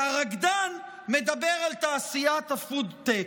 והרקדן מדבר על תעשיית הפוד-טק.